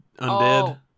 undead